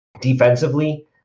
defensively